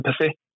empathy